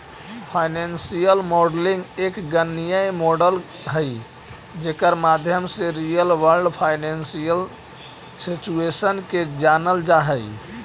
financial modelling एक गणितीय model हई जेकर माध्यम से रियल वर्ल्ड फाइनेंशियल सिचुएशन के जानल जा हई